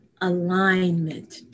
alignment